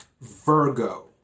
Virgo